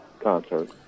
concert